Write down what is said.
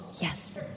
yes